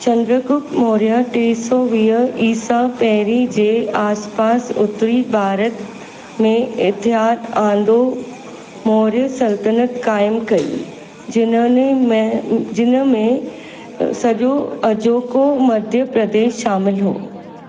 चंद्रगुप्त मौर्य टे सौ वीह ईसा पहिरीं जे आसपासु उत्तरी भारत में इतहादु आंदो मौर्य सल्तनत काइमु कई जिन्हनि में जिन में सॼो अॼोको मध्य प्रदेश शामिलु हुओ